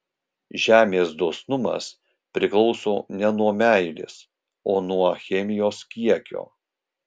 žemės dosnumas priklauso ne nuo meilės o nuo chemijos kiekio